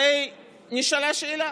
הרי נשאלה שאלה: